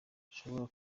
bashobora